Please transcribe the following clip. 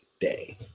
day